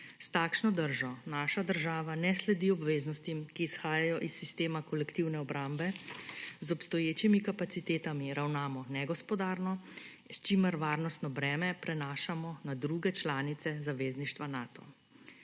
S takšno držo naša država ne sledi obveznostim, ki izhajajo iz sistema kolektivne obrambe, z obstoječimi kapacitetami ravnamo negospodarno, s čimer varnostno breme prenašamo na druge članice zavezništva Nata.